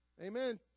Amen